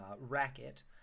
Racket